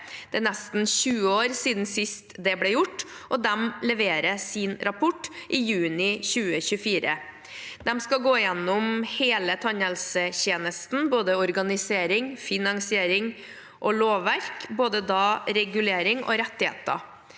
Det er nesten 20 år siden sist det ble gjort, og utvalget leverer sin rapport i juni 2024. De skal gå gjennom hele tannhelsetjenesten, både organisering, finansiering og lovverk, både regulering og rettigheter.